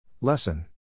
Lesson